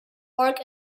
park